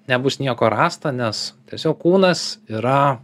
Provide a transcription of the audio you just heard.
nebus nieko rasta nes tiesiog kūnas yra